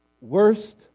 worst